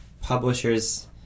publisher's